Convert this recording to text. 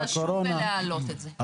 צריך לשוב ולהעלות את זה.